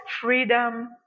freedom